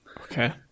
Okay